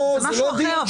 זה משהו אחר.